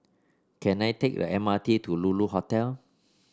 can I take the M R T to Lulu Hotel